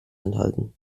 enthalten